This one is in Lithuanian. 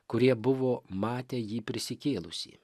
kurie buvo matę jį prisikėlusį